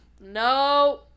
no